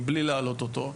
מבלי להעלות אותו,